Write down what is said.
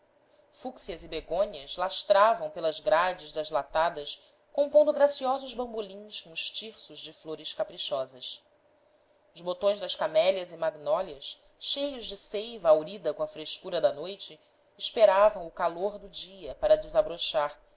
fúcsias e begônias lastravam pelas grades das latadas compondo graciosos bambolins com os tirsos de flores caprichosas os botões das camélias e magnólias cheios de seiva haurida com a frescura da noite esperavam o calor do dia para desabrochar